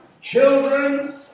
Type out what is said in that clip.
Children